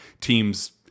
teams